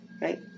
right